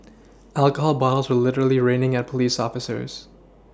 alcohol bottles were literally raining at police officers